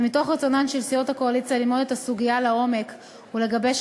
ומתוך רצונן של סיעות הקואליציה ללמוד את הסוגיה לעומק ולגבש